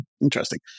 Interesting